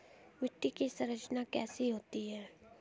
मिट्टी की संरचना कैसे होती है?